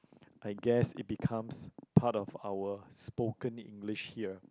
I guess it becomes part of our spoken English here